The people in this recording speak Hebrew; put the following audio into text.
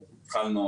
התחלנו